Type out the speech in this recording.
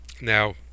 Now